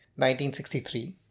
1963